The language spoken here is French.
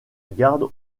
garde